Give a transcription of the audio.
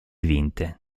vinte